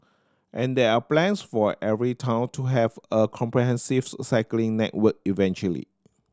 and there are plans for every town to have a comprehensives cycling network eventually